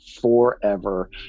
forever